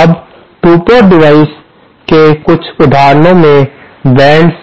अब 2 port devices के कुछ उदाहरणों में बेंड्स